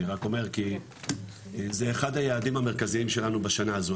אני רק אומר כי זה אחד היעדים המרכזיים שלנו בשנה הזו,